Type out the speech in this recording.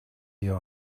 your